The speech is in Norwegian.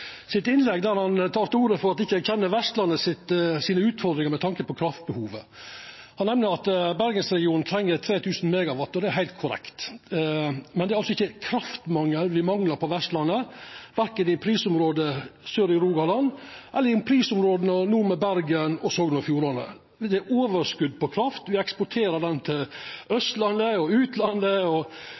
ikkje kjenner Vestlandets utfordringar med tanke på kraftbehovet. Han nemner at bergensregionen treng 3 000 MW. Det er heilt korrekt, men det er altså ikkje kraft me manglar på Vestlandet, verken i prisområdet sør i Rogaland eller i prisområda nord for Bergen og Sogn og Fjordane. Det er overskot på kraft, me eksporterer ho til Austlandet og til utlandet. Det som er utfordringa, som er ganske tydeleg i Statnetts nettutviklingsplan, er at det er behov for overføringskapasitet mellom dei ulike prisregionane, og